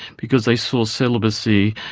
because they saw celibacy,